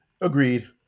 Agreed